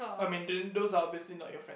I mean then those are obviously not your friend